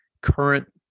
current